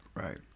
Right